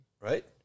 right